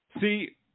see